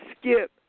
skip